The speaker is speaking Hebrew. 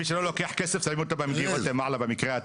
מי שלא לוקח כסף שמים אותו במגירות למעלה במקרה הטוב.